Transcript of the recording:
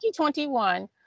2021